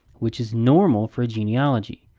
which is normal for a genealogy.